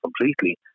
completely